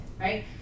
right